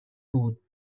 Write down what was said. بود